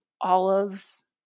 olives